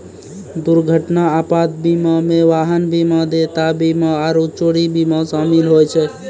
दुर्घटना आपात बीमा मे वाहन बीमा, देयता बीमा आरु चोरी बीमा शामिल होय छै